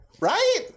Right